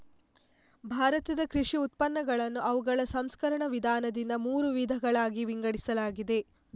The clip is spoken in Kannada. ಭಾರತದ ಕೃಷಿ ಉತ್ಪನ್ನಗಳನ್ನು ಅವುಗಳ ಸಂಸ್ಕರಣ ವಿಧಾನದಿಂದ ಮೂರು ವಿಧಗಳಾಗಿ ವಿಂಗಡಿಸಲಾಗಿದೆ